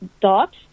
dot